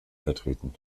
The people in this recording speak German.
vertreten